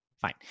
fine